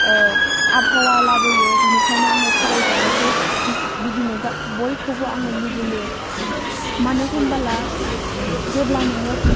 आबहावा लाबोयो बिनिखायनो आङो फरायजानायखौ उम बिदिनो गा बयखौबो आङो लुगैयो मानो होनबाला जेब्ला नोङो